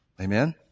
Amen